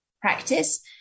practice